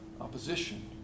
opposition